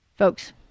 Folks